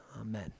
Amen